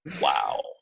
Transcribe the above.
Wow